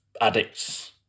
addicts